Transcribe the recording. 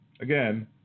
again